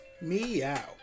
Meow